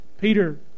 Peter